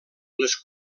les